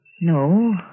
No